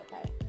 Okay